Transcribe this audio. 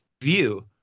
view